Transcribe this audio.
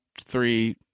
three